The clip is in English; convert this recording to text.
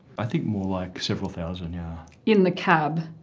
i think more like several thousand, yeah. in the cab.